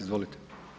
Izvolite.